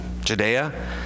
Judea